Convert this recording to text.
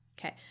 Okay